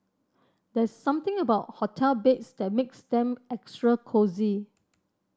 there's something about hotel beds that makes them extra cosy